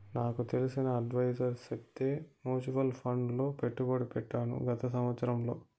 నాకు తెలిసిన అడ్వైసర్ చెప్తే మూచువాల్ ఫండ్ లో పెట్టుబడి పెట్టాను గత సంవత్సరంలో